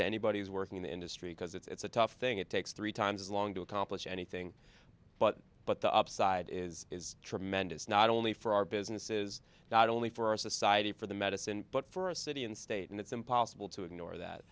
who's working in the industry because it's a tough thing it takes three times as long to accomplish anything but but the upside is tremendous not only for our businesses not only for our society for the medicine but for a city and state and it's impossible to ignore that